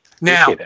Now